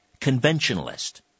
Conventionalist